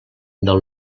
del